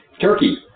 Turkey